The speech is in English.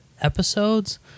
episodes